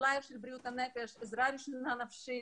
פלאייר של בריאות הנפש, עזרה ראשונה נפשית,